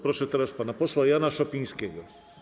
Proszę teraz pana posła Jana Szopińskiego.